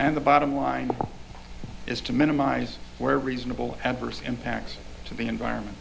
and the bottom line is to minimize wear reasonable adverse impacts to the environment